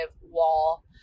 wall